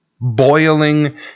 Boiling